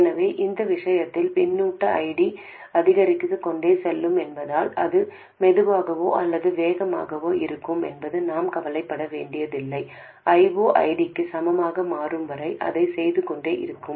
எனவே இந்த விஷயத்தில் பின்னூட்ட ID அதிகரித்துக்கொண்டே செல்லும் என்பதால் இது மெதுவாகவோ அல்லது வேகமாகவோ இருக்கும் என்று நாம் கவலைப்பட வேண்டியதில்லை I0 ID க்கு சமமாக மாறும் வரை அதைச் செய்துகொண்டே இருக்கும்